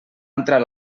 entrar